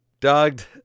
Dogged